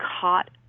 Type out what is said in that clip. caught